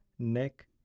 neck